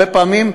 הרבה פעמים,